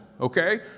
Okay